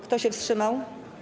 Kto się wstrzymał?